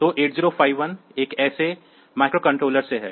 तो 8051 एक ऐसे माइक्रोकंट्रोलर से है